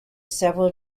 several